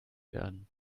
werden